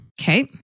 Okay